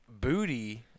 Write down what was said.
booty